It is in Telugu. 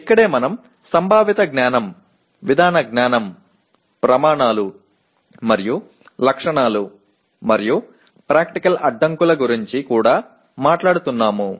ఇక్కడే మనం సంభావిత జ్ఞానం విధాన జ్ఞానం ప్రమాణాలు మరియు లక్షణాలు మరియు ప్రాక్టికల్ అడ్డంకుల గురించి కూడా మాట్లాడుతున్నాము